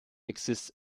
exists